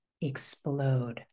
explode